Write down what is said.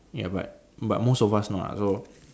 ya but but most of us not ah so